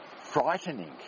frightening